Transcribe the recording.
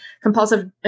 compulsive